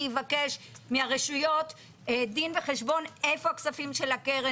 יבקש מהרשויות דין וחשבון איפה הכספים של הקרן.